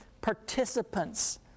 participants